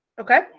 Okay